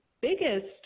biggest